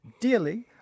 dearly